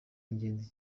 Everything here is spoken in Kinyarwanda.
ingenzi